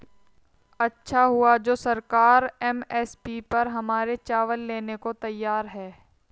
अच्छा हुआ जो सरकार एम.एस.पी पर हमारे चावल लेने को तैयार है